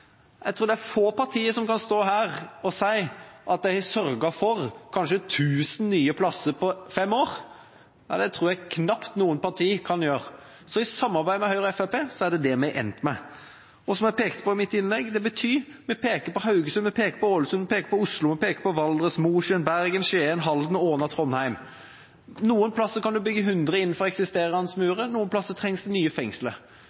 jeg. Jeg tror det er få partier som kan stå her og si at de har sørget for kanskje 1 000 nye plasser på fem år. Det tror jeg knapt noen partier kan gjøre. Så i samarbeid med Høyre og Fremskrittspartiet er det det vi har endt opp med. Og som jeg pekte på i mitt innlegg, betyr det at vi peker på Haugesund, Ålesund, Oslo, Valdres, Mosjøen, Bergen, Skien, Halden, Åna og Trondheim. Noen steder kan en bygge 100 plasser innenfor eksisterende murer, andre steder trengs det nye